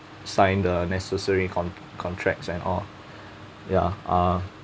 sign the necessary con~ contracts and all ya uh